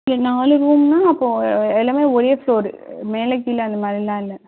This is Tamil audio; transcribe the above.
இல்லை நாலு ரூம்னால் அப்போது எல்லாமே ஒரே ஃப்ளோரு மேலே கீழே அந்த மாதிரிலாம் இல்லை